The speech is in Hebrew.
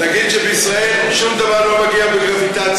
נגיד שבישראל שום דבר לא מגיע בגרביטציה.